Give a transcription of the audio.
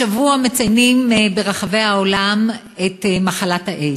השבוע מציינים ברחבי העולם את מחלת האיידס.